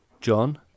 John